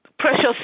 Precious